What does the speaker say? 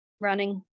Running